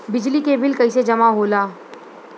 बिजली के बिल कैसे जमा होला?